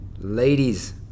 ladies